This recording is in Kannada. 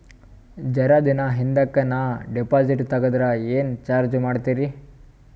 ಜರ ದಿನ ಹಿಂದಕ ನಾ ಡಿಪಾಜಿಟ್ ತಗದ್ರ ಏನ ಚಾರ್ಜ ಮಾಡ್ತೀರಿ?